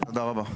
תודה רבה.